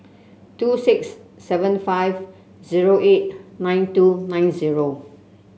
two six seven five zero eight nine two nine zero